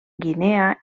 guinea